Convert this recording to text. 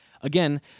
Again